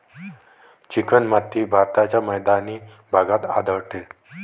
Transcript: चिकणमाती भारताच्या मैदानी भागात आढळते